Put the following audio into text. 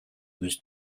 was